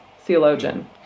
theologian